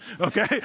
Okay